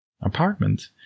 apartment